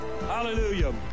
Hallelujah